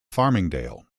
farmingdale